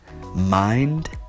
mind